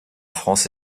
france